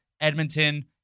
Edmonton